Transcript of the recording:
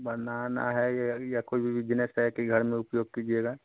बनाना है या कोई बिजनेस है कि घर में उपयोग कीजिएगा